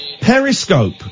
Periscope